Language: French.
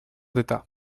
d’état